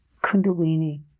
kundalini